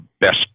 best